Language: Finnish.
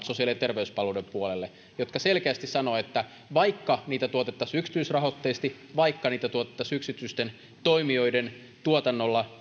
sosiaali ja terveyspalveluiden puolelle eun tiukimmat varaumat jotka selkeästi sanovat että vaikka niitä tuotettaisiin yksityisrahoitteisesti vaikka niitä tuotettaisiin yksityisten toimijoiden tuotannolla